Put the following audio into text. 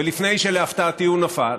לפני שלהפתעתי הוא נפל,